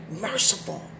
Merciful